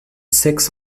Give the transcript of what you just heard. six